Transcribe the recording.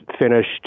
finished